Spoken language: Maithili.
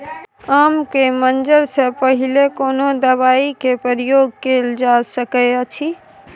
आम के मंजर से पहिले कोनो दवाई के प्रयोग कैल जा सकय अछि?